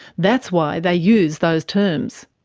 that's why they use those terms.